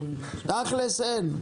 תכלס אין.